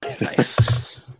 Nice